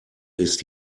ist